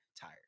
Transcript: tired